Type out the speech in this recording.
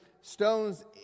stones